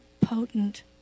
potent